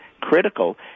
critical